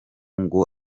ngo